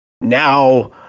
now